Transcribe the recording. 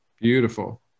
Beautiful